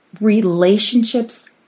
relationships